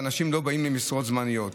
ואנשים לא באים למשרות זמניות.